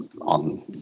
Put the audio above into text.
on